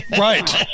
right